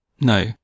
No